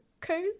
cool